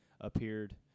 appeared